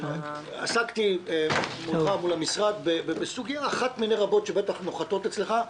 עסקתי מולך ומול המשרד בסוגיה אחת מיני רבות שבטח נוחתות אצלך,